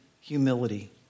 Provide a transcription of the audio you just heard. humility